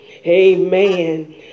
Amen